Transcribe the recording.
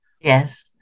Yes